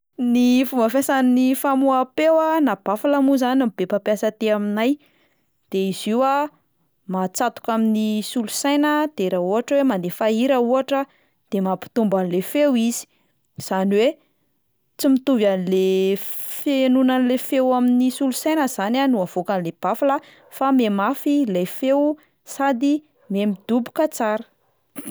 Ny fomba fiasan'ny famoaham-peo a na bafla mo zany no be mpampiasa aty aminay de izy io a ma- atsatoka amin'ny solosaina de raha ohatra hoe mandefa hira ohatra de mampitombo an'le feo izy, zany hoe tsy mitovy an'le f- fihainoana an'le feo amin'ny solosaina zany a no avoaka an'le bafla fa mihamafy ilay feo sady mihamidoboka tsara.